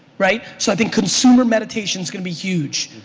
right? so i think consumer meditation is gonna be huge.